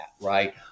right